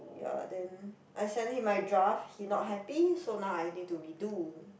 ya then I send him my draft he not happy so now I need to redo